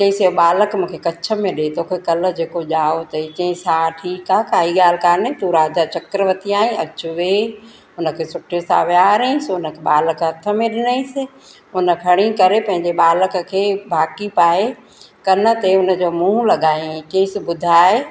चईंसि बालक मूंखे कछ में ॾिए तोखे काल्ह जेको ॼायो हुओ चईं चईंसि हा ठीकु आहे काई ॻाल्हि कोन्हे तूं राजा चक्करवती आहे अचु वेह हुन खे सुठे सां वेहारईंसि हुन खे बालक हथ में ॾिनईंसि हुन खणी करे पंहिंजे बालक खे भाकी पाए कन ते हुन जो मुंहुं लॻायईं चईंसि ॿुधाए